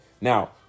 Now